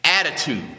Attitude